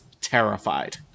terrified